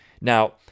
Now